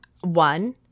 one